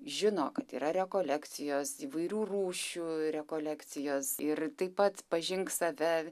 žino kad yra rekolekcijos įvairių rūšių rekolekcijos ir taip pat pažink save